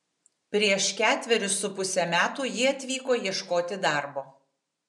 prieš ketverius su puse metų ji atvyko ieškoti darbo